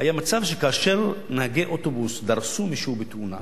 היה מצב שכאשר נהגי אוטובוס דרסו מישהו בתאונה